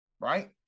Right